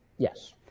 Yes